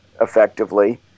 effectively